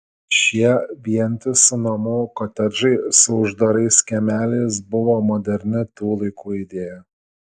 šie vientisų namų kotedžai su uždarais kiemeliais buvo moderni tų laikų idėja